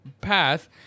path